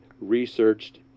researched